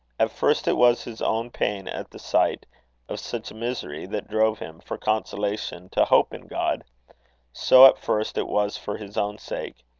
at first it was his own pain at the sight of such misery that drove him, for consolation, to hope in god so, at first, it was for his own sake.